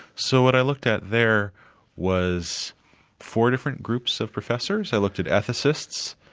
so what i looked at there was four different groups of professors. i looked at ethicists,